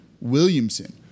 Williamson